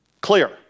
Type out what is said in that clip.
clear